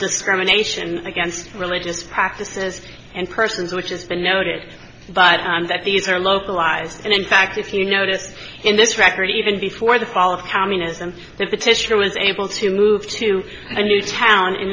discrimination against religious practices and persons which has been noted but that these are localized and in fact if you notice in this record even before the fall of communism if the tissue was able to move to a new town in